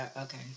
okay